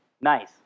Nice